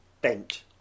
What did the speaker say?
bent